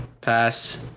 pass